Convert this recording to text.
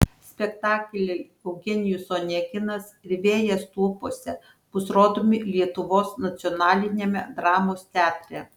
spektakliai eugenijus oneginas ir vėjas tuopose bus rodomi lietuvos nacionaliniame dramos teatre